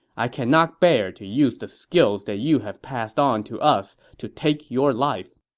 i cannot bear to use the skills that you have passed on to us to take your life.